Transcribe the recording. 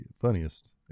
funniest